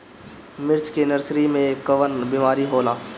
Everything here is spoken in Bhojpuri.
मिर्च के नर्सरी मे कवन बीमारी होला?